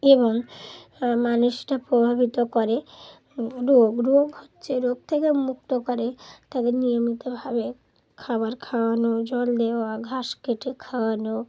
এবং মানুষটা প্রভাবিত করে রোগ রোগ হচ্ছে রোগ থেকে মুক্ত করে তাদের নিয়মিতভাবে খাবার খাওয়ানো জল দেওয়া ঘাস কেটে খাওয়ানো